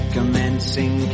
Commencing